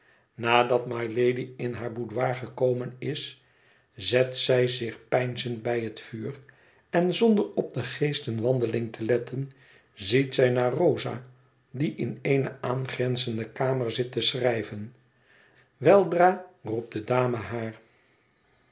nadat mylady in haar boudoir gekomen is zet zij zich peinzend bij het vuur en zonder op de geestenwandeling te letten ziet zij naar rosa die in eene aangrenzende kamer zit te schrijven weldra roept de dame haar